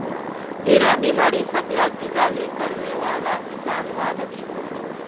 इरा बिमारी सब ला जुगाली करनेवाला जान्वारोत होचे